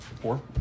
Four